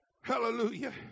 Hallelujah